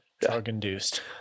drug-induced